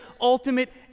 ultimate